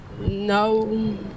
No